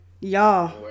y'all